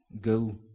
go